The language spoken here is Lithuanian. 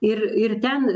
ir ir ten